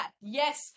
Yes